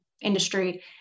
industry